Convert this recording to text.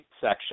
section